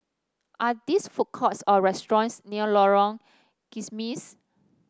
are these food courts or restaurants near Lorong Kismis